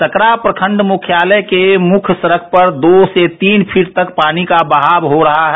सकरा प्रखंड मुख्यालय के मुख्य सड़क पर दो से तीन फीट तक पानी का बहाव हो रहा है